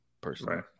personally